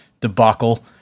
debacle